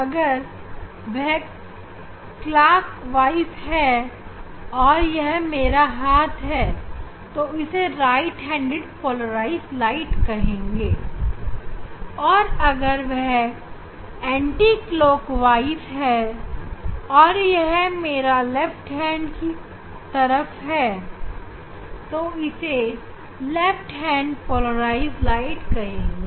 अगर यह हैं दक्षिणावर्त और यह मेरा हाथ है तो इसे राइट हैंड पोलराइज प्रकाश कहेंगे और अगर यह वामावर्त है तो यह मेरे लेफ्ट हैंड की तरफ होगी और इसे लेफ्ट हैंड पोलराइज प्रकाश कहेंगे